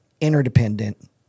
interdependent